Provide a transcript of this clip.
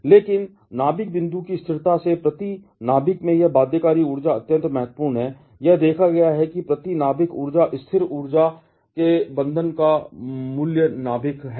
लेकिन नाभिक बिंदु की स्थिरता से प्रति नाभिक में यह बाध्यकारी ऊर्जा अत्यंत महत्वपूर्ण है यह देखा गया है कि प्रति नाभिक अधिक स्थिर ऊर्जा के बंधन का मूल्य नाभिक है